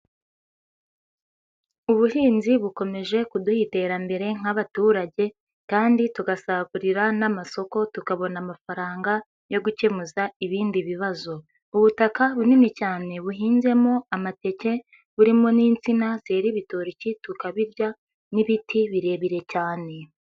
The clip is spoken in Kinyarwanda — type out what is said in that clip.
Ubuhinzi bukomeje kuduha iterambere nk'abaturage kandi tugasagurira n'amasoko tukabona amafaranga yo gukemuza ibindi bibazo, ubutaka bunini cyane buhinzemo amateke burimo n'insina zera ibitoki tukabirya n'ibiti birebire cyane.